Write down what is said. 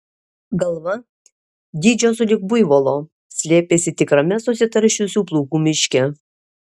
galva dydžio sulig buivolo slėpėsi tikrame susitaršiusių plaukų miške